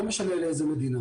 לא משנה לאיזו מדינה